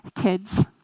kids